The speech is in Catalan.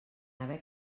haver